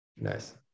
nice